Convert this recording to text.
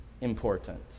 important